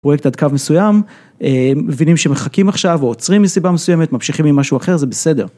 פרויקט עד קו מסוים, מבינים שמחכים עכשיו ועוצרים מסיבה מסוימת, ממשיכים עם משהו אחר זה בסדר.